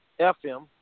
FM